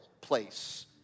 place